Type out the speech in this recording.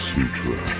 Sutra